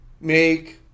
make